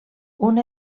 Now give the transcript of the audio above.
una